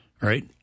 right